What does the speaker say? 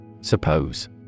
Suppose